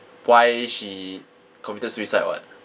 why she committed suicide what